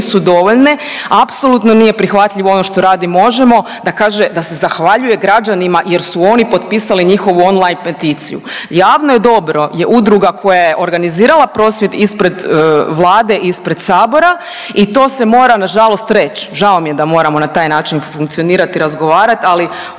nisu dovoljne. Apsolutno nije prihvatljivo ono što radi MOŽEMO da kaže da se zahvaljuje građanima jer su oni potpisali njihovu on line peticiju. Javno dobro je udruga koja je organizirala prosvjed ispred Vlade, ispred Sabora i to se mora na žalost reći. Žao mi je da moramo na taj način funkcionirati, razgovarati, ali